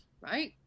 right